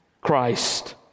Christ